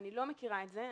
אני לא מכירה את זה.